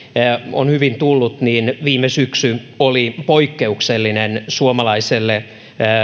on hyvin tullut viime syksy oli poikkeuksellinen suomalaiselle